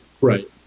Right